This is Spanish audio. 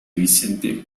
vicente